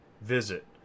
Visit